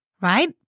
right